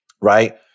Right